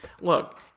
Look